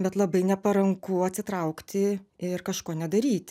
bet labai neparanku atsitraukti ir kažko nedaryti